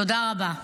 תודה רבה.